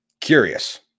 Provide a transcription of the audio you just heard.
Curious